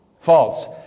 False